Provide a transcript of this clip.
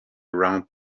around